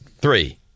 three